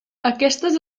aquestes